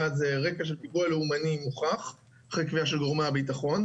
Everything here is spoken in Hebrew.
נפגע ברקע לאומני מוכח אחרי קביעה של גורמי הביטחון.